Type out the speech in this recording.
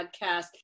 podcast